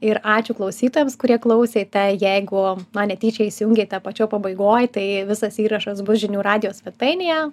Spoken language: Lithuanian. ir ačiū klausytojams kurie klausėte jeigu na netyčia įsijungėte pačioj pabaigoj tai visas įrašas bus žinių radijo svetainėje